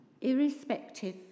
irrespective